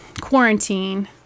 quarantine